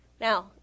Now